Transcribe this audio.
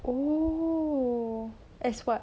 oh as what